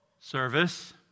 service